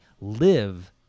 live